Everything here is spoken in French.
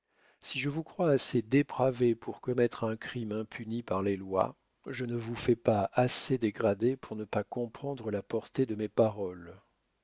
si je vous crois assez dépravée pour commettre un crime impuni par les lois je ne vous fais pas assez dégradée pour ne pas comprendre la portée de mes paroles